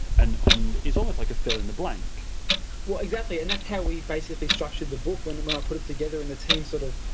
and and it's almost like a fill in the blank. pete well, exactly. and that's how we basically structured the book when when i put it together and the team sort of